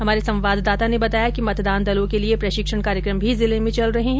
हमारे संवाददाता ने बताया कि मतदान दलों के लिये प्रशिक्षण कार्यक्रम भी जिले में चल रहे है